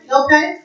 okay